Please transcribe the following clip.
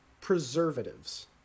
preservatives